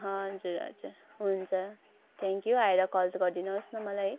हजुर हजुर हुन्छ थ्याङ्कयु आएर कल गरिदिनुहोस् न मलाई